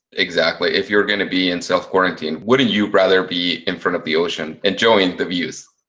exactly, if you're gonna be in self quarantine, wouldn't you rather be in front of the ocean, enjoying the views.